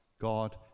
god